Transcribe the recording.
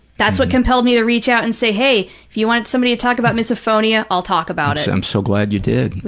that's what compelled me to reach out and say, hey, if you want somebody to talk about misophonia, i'll talk about it. i'm so glad you did.